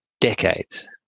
decades